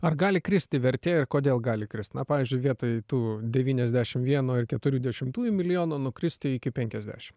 ar gali kristi vertė ir kodėl gali krist na pavyzdžiui vietoj tų devyniasdešim vieno ir keturių dešimtųjų milijono nukristi iki penkiasdešim